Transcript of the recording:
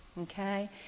Okay